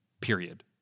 period